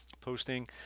posting